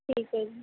ਠੀਕ ਹੈ ਜੀ